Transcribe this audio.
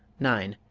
nine.